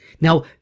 Now